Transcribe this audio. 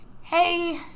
Hey